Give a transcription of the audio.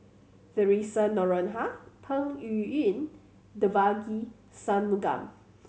Theresa Noronha Peng Yuyun Devagi Sanmugam